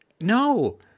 no